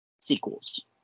sequels